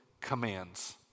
commands